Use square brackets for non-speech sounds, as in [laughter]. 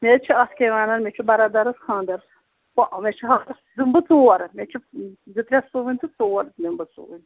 مےٚ حظ چھِ اَتھ کیٛاہ ونان مےٚ چھُ بَرادَرَس خاندَر [unintelligible] مےٚ چھِ [unintelligible] دِمہٕ بہٕ ژورَن مےٚ چھِ زٕ ترٛےٚ سُوٕنۍ تہٕ ژور نِمہٕ بہٕ سُوٕنۍ